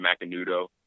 Macanudo